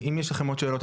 אם יש לכם עוד שאלות,